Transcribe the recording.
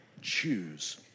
choose